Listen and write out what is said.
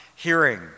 Hearing